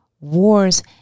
wars